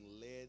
led